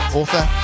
author